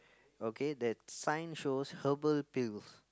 okay that sign shows herbal pills